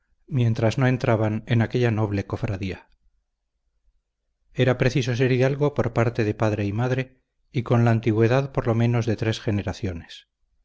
mientras no entraban en aquella noble cofradía era preciso ser hidalgo por parte de padre y madre y con la antigüedad por lo menos de tres generaciones